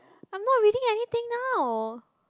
I'm not reading anything now